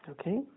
Okay